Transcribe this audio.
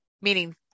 meaning